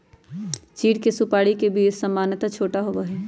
चीड़ के सुपाड़ी के बीज सामन्यतः छोटा होबा हई